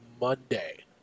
Monday